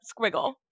squiggle